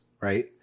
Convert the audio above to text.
right